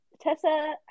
tessa